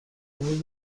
امروز